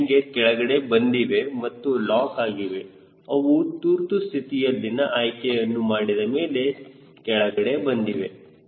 landing gear ಕೆಳಗಡೆ ಬಂದಿವೆ ಮತ್ತು ಲಾಕ್ ಆಗಿವೆ ಅವು ತುರ್ತುಸ್ಥಿತಿಯಲ್ಲಿನ ಆಯ್ಕೆಯನ್ನು ಮಾಡಿದಮೇಲೆ ಕೆಳಗಡೆ ಬಂದಿವೆ